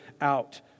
out